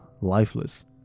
lifeless